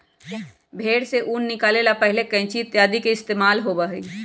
भेंड़ से ऊन निकाले ला पहले कैंची इत्यादि के इस्तेमाल होबा हलय